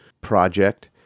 project